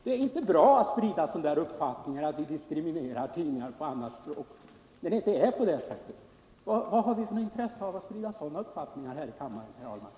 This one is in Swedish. Det är inte bra att sprida sådana här uppfattningar om att vi diskriminerar tidningar på andra språk, då det inte förhåller sig på det sättet. Vad har vi för intresse av att sådana missuppfattningar sprids här i kammaren, herr Ahlmark?